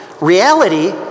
Reality